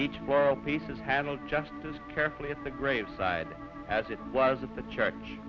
each world peace is handled just as carefully as the graveside as it was with the church